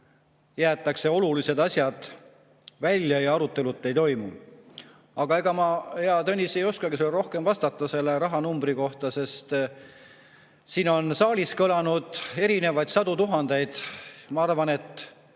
Jäetakse olulised asjad välja ja arutelu ei toimu. Aga ega ma, hea Tõnis, ei oskagi rohkem vastata selle rahanumbri kohta, sest siin on saalis kõlanud erinevaid sadu tuhandeid. Ma arvan, et